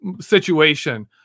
situation